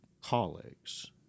colleagues